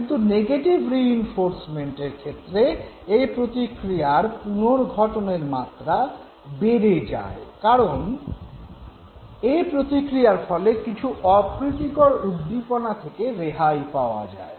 কিন্তু নেগেটিভ রিইনফোর্সমেন্টের ক্ষেত্রে এই প্রতিক্রিয়ার পুনর্সংঘটনের মাত্রা বেড়ে যায় কারণ এই প্রতিক্রিয়ার ফলে কিছু অপ্রীতিকর উদ্দীপনা থেকে রেহাই পাওয়া যায়